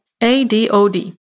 ADOD